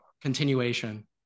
continuation